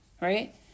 right